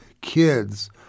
kids